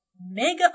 Mega